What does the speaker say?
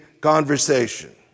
conversation